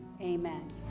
amen